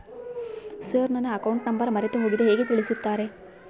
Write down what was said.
Sir ನನ್ನ account number ಮರೆತುಹೋಗಿದೆ ಹೇಗೆ ತಿಳಿಸುತ್ತಾರೆ?